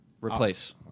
Replace